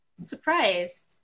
surprised